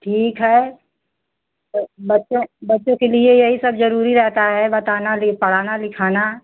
ठीक है तो बच्चें बच्चों के लिए यही सब जरूरी रहता है बताना पढ़ाना लिखाना